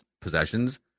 possessions